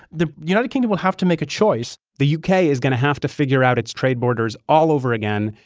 the united kingdom will have to make a choice the u k. is going to have to figure out its trade borders all over again,